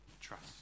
Trust